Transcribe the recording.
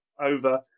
over